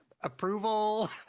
approval